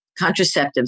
contraceptives